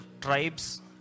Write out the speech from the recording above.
tribes